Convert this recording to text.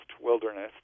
wilderness